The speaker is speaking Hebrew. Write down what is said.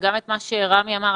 וגם את מה שרמי אמר.